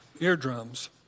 eardrums